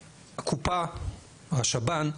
שהקופה, השב"ן אומר,